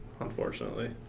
unfortunately